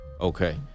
Okay